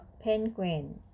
penguin